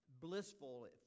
blissful